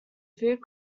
food